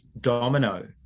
domino